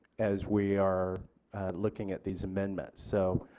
as we are looking at these amendments. so,